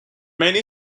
many